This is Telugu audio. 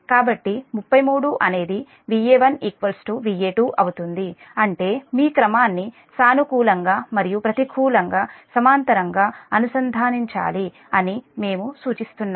కాబట్టి 33 అనేది Va1 Va2 అంటే మీ క్రమాన్ని సానుకూలంగా మరియు ప్రతికూలంగా సమాంతరంగా అనుసంధానించాలి అని మేము సూచిస్తున్నాము